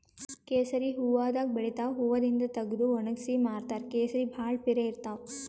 ಕೇಸರಿ ಹೂವಾದಾಗ್ ಬೆಳಿತಾವ್ ಹೂವಾದಿಂದ್ ತಗದು ವಣಗ್ಸಿ ಮಾರ್ತಾರ್ ಕೇಸರಿ ಭಾಳ್ ಪಿರೆ ಇರ್ತವ್